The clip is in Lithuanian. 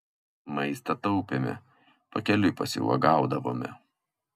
maistą taupėme pakeliui pasiuogaudavome